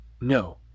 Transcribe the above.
no